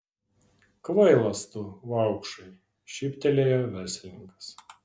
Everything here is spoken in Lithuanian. kvailas tu vaupšai šyptelėjo verslininkas